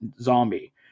zombie